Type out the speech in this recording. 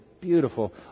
beautiful